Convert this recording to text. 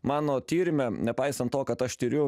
mano tyrime nepaisant to kad aš tiriu